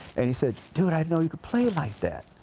and he said, dude i didn't know you played like that.